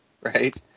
Right